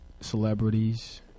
celebrities